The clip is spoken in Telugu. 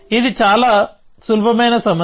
ఇది చాలా సులభమైన సమస్య